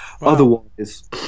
Otherwise